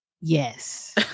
Yes